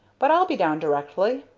but i'll be down directly.